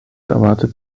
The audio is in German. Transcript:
erwartet